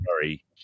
sorry